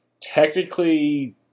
Technically